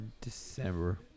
December